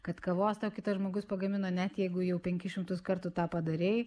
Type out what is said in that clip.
kad kavos tau kitas žmogus pagamino net jeigu jau penkis šimtus kartų tą padarei